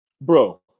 Bro